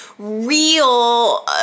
real